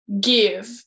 give